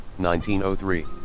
1903